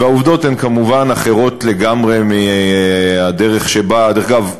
והעובדות הן כמובן אחרות לגמרי מהדרך שבה דרך אגב,